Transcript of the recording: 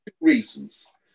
reasons